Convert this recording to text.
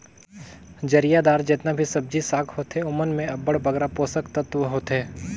जरियादार जेतना भी सब्जी साग होथे ओमन में अब्बड़ बगरा पोसक तत्व होथे